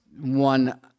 one